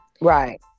right